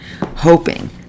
hoping